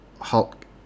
Hulk